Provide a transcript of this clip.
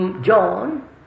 John